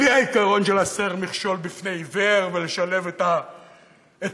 בלי העיקרון של הסר מכשול מפני עיוור ושלב את השונה?